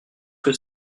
que